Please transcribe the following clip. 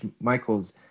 Michael's